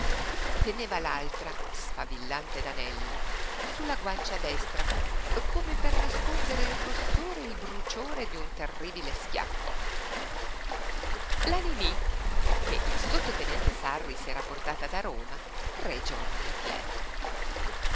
teneva l'altra sfavillante d'anelli su la guancia destra come per nascondere il rossore e il bruciore d'un terribile schiaffo la niní che il sottotenente sarri s'era portata da roma tre giorni addietro